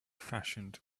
fashioned